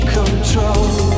control